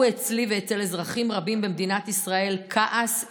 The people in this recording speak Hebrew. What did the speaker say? אצלי ואצל אזרחים רבים במדינת ישראל כעס,